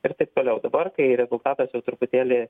ir taip toliau dabar kai rezultatas jau truputėlį